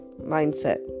mindset